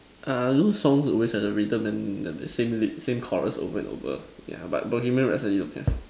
err those songs always have the rhythm and the same same chorus over and over yeah but Bohemian Rhapsody don't have